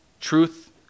truth